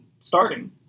starting